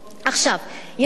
ישראל,